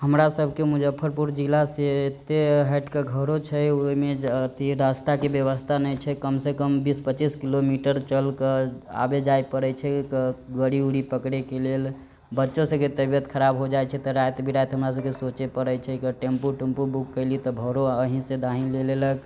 हमरासबके मुजफ्फरपुर जिला से एते हैटकऽ घरो छै ओइमे अथी रास्ता के व्यवस्था नै छै कम से कम बीस पच्चीस किलोमीटर चल कऽ आबे जाइ परै छै गड़ी उड़ी पकरै के लेल बच्चो सबके तबयत खराब हो जाइ छै त राइत बिराइत हमरासबके सोचे परै छै क टेम्पू टुम्पू बुक कैली त भड़ो अहीँ से दाहीँ ले लेलक